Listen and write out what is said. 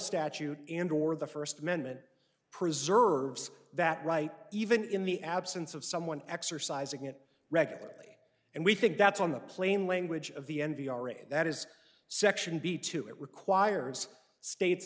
statute and or the first amendment preserves that right even in the absence of someone exercising it regularly and we think that's on the plain language of the n p r and that is section b two it requires states